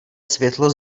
světlo